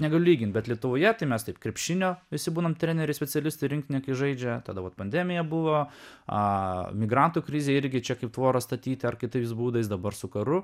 negaliu lygint bet lietuvoje tai mes taip krepšinio visi būnam treneriai specialistai rinktinės žaidžia tada vat pandemija buvo a migrantų krizė irgi čia kaip tvorą statyti ar kitais būdais dabar su karu